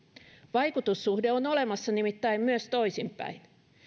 vaikutussuhde on olemassa nimittäin myös toisinpäin